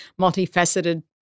multifaceted